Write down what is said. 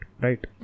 right